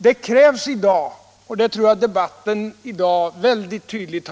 Det krävs i dag en statlig näringspolitik.